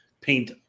paint